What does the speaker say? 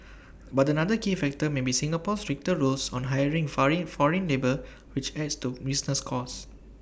but another key factor may be Singapore's stricter rules on hiring foreign labour which adds to business costs